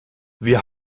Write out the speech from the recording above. wir